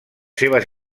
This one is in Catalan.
seves